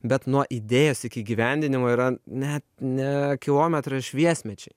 bet nuo idėjos iki įgyvendinimo yra net ne kilometrai o šviesmečiai